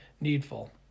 needful